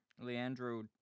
Leandro